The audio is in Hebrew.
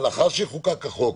לאחר שחוקק החוק,